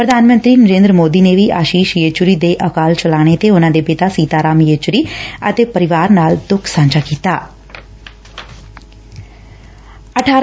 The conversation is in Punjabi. ਪੁਧਾਨ ਮੰਤਰੀ ਨਰੇਂਦਰ ਮੋਦੀ ਨੇ ਆਸ਼ੀਸ਼ ਯੇਚੁਰੀ ਦੇ ਅਕਾਲੇ ਚਲਾਣੇ ਤੇ ਦੇ ਪਿਤਾ ਸੀਤਾ ਰਾਮ ਯੇਚੁਰੀ ਅਤੇ ਪਰਿਵਾਰ ਨਾਲ ਦੁੱਖ ਸਾਂਝਾ ਕੀਡਾ